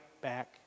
back